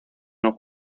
ojo